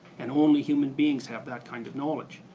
and only human beings have that kind of knowledge.